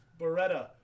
Beretta